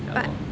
ya lor